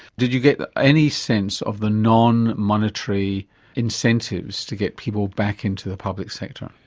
did you get any sense of the non-monetary incentives to get people back into the public sector?